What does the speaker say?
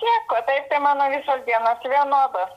nieko taip tai mano visos dienos gyveno